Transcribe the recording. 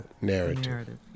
narrative